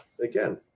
again